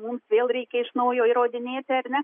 mums vėl reikia iš naujo įrodinėti ar ne